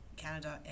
Canada